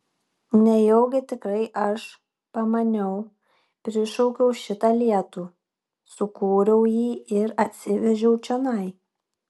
nejaugi tikrai aš pamaniau prišaukiau šitą lietų sukūriau jį ir atsivežiau čionai